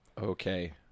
okay